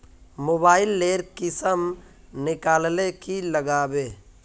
Mobile लेर किसम निकलाले की लागबे?